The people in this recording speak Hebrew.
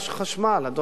אדוני ראש שהממשלה,